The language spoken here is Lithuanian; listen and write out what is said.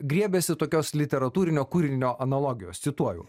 griebėsi tokios literatūrinio kūrinio analogijos cituoju